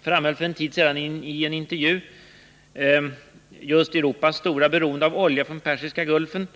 framhöll för en tid sedan i en intervju Europas stora beroende av oljan från Persiska viken.